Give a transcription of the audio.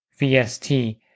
VST